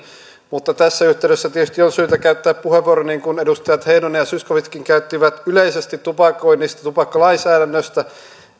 mutta tässä yhteydessä tietysti on syytä käyttää puheenvuoro niin kuin edustajat heinonen ja zyskowiczkin käyttivät yleisesti tupakoinnista ja tupakkalainsäädännöstä